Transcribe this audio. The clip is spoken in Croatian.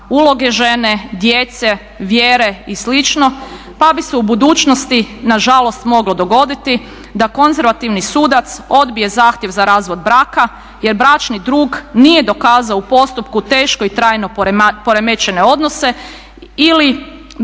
uloge žene, djece, vjere i slično, pa bi se u budućnosti na žalost moglo dogoditi da konzervativni sudac odbije zahtjev za razvod braka jer bračni drug nije dokazao u postupku teško i trajno poremećene odnose ili